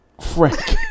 Frank